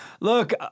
Look